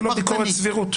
זאת לא ביקורת סבירות.